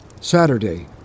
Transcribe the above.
Saturday